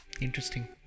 Interesting